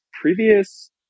previous